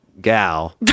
gal